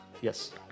Yes